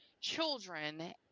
children